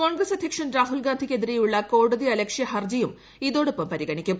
കോൺഗ്രസ് അധ്യക്ഷൻ രാഹുൽഗാന്ധിയ്ക്ക് എതിരെയുള്ള കോടതി അലക്ഷ്യ ഹർജിയും ഇതോടൊപ്പം പരിഗണിക്കും